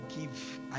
give